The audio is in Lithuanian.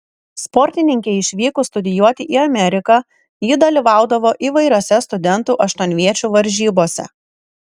sportininkei išvykus studijuoti į ameriką ji dalyvaudavo įvairiose studentų aštuonviečių varžybose